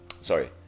Sorry